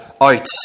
out